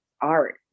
Art